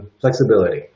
flexibility